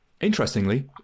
Interestingly